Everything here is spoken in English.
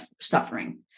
suffering